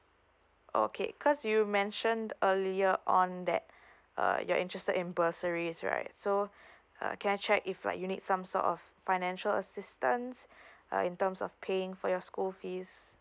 oh okay cause you mentioned earlier on that uh you're interested in bursaries right so uh can I check if like you need some sort of financial assistance uh in terms of paying for your school fees